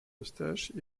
eustache